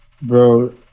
Bro